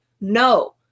No